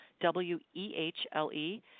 w-e-h-l-e